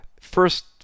First